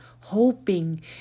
hoping